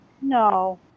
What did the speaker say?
No